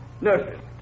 Nurses